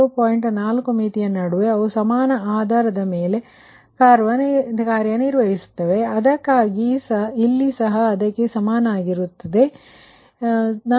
4 ಮಿತಿಯ ನಡುವೆ ಅವು ಸಮಾನ ಆಧಾರದ ಮೇಲೆ ಕಾರ್ಯನಿರ್ವಹಿಸುತ್ತವೆ ಅದಕ್ಕಾಗಿಯೇ ಇಲ್ಲಿ ಸಹ ಇದಕ್ಕೆ ಸಮನಾಗಿರುತ್ತದೆ ಇಲ್ಲಿ ಸಹ ಇದಕ್ಕೆ ಸಮನಾಗಿರುತ್ತದೆ